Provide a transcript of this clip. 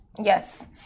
Yes